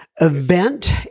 event